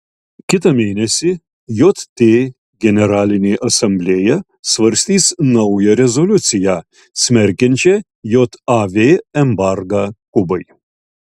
kitą mėnesį jt generalinė asamblėja svarstys naują rezoliuciją smerkiančią jav embargą kubai